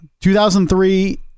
2003